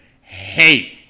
hate